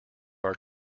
our